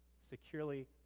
securely